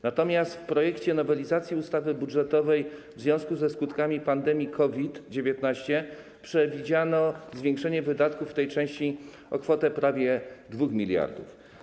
Natomiast w projekcie nowelizacji ustawy budżetowej w związku ze skutkami pandemii COVID-19 przewidziano zwiększenie wydatków w tej części o kwotę prawie 2 mld.